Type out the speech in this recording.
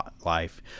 life